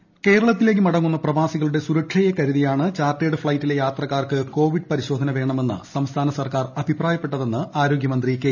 ശൈലജ കേരളത്തിലേയ്ക്ക് മടങ്ങുന്ന പ്രവാസികളുടെ സുരക്ഷയെ കരുതിയാണ് ചാർട്ടേഡ് ഫ്ളൈറ്റിലെ യാത്രക്കാർക്ക് കോവിഡ് പരിശോധന വേണമെന്ന് സംസ്ഥാന സർക്കാർ അഭിപ്രായപ്പെട്ടതെന്ന് ആരോഗൃമന്ത്രി കെ